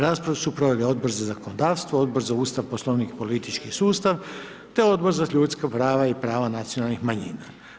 Raspravu su proveli Odbor za zakonodavstvo, Odbor za Ustav, Poslovnik i politički sustav te Odbor za ljudska prava i prava nacionalnih manjina.